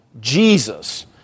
Jesus